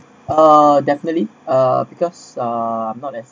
uh definitely uh because uh I'm not as